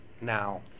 now